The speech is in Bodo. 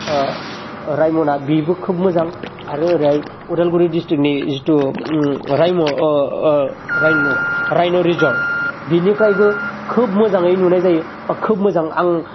रायम'ना बेबो खोब मोजां आरो ओरैहाय अदालगुरि द्रिस्टिकनि जितु उम रायन' रायन' रायन' रिजर्द बेनिफ्रायबो खोब मोजाङै नुनाय जायो बा खोब मोजां आं